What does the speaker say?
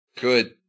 Good